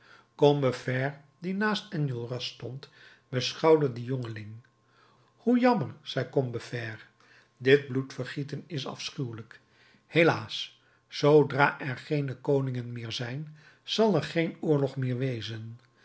combeferre die naast enjolras stond beschouwde dien jongeling hoe jammer zei combeferre dit bloedvergieten is afschuwelijk helaas zoodra er geene koningen meer zijn zal er geen oorlog meer wezen